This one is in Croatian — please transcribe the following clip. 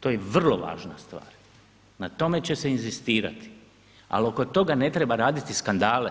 To je vrlo važna stvar. na tome će se inzistirati ali oko toga ne treba raditi skandale